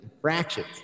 fractions